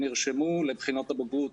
נרשמו לבחינות הבגרות.